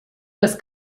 was